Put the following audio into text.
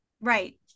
Right